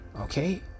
Okay